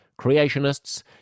creationists